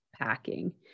packing